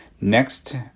Next